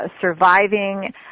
surviving